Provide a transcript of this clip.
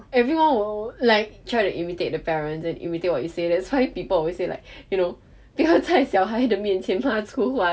everyone will like try to imitate the parents and imitate what you say that's why people always say like you know 不要在小孩的面前骂粗话 cause